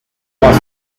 trois